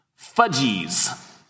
Fudgies